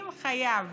אם חייב